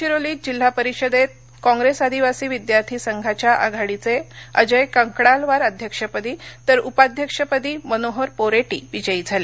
गडविरोलीत जिल्हा परिषदेत काँप्रेस आदिवासी विद्यार्थी संघाच्या आघाडीचे अजय कंकडालवार अध्यक्षपदी तर उपाध्यक्षपदी मनोहर पोरेटी विजयी झाले